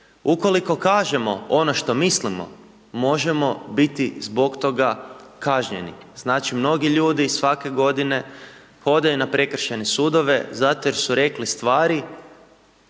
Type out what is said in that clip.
Ukoliko kažemo ono što mislimo možemo biti zbog toga kažnjeni. Znači mnogi ljudi, svake godine, hodaju na prekršajne sudove zato jer su rekli stvari